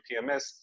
PMS